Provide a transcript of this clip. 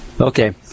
Okay